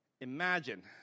Imagine